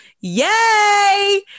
Yay